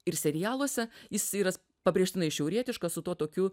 ir serialuose jis yra pabrėžtinai šiaurietiškas su tuo tokiu